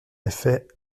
effet